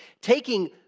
Taking